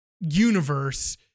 universe